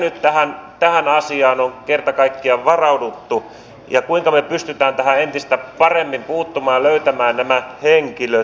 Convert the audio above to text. kuinka nyt tähän asiaan on kerta kaikkiaan varauduttu ja kuinka me pystymme tähän entistä paremmin puuttumaan ja löytämään nämä henkilöt